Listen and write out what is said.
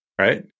right